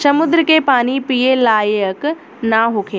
समुंद्र के पानी पिए लायक ना होखेला